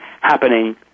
happening